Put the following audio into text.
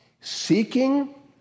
seeking